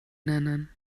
nennen